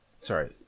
sorry